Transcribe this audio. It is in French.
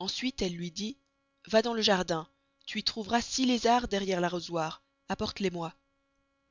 ensuite elle luy dit va dans le jardin tu y trouveras six lezards derriere l'arrosoir apporte les moy